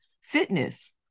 fitness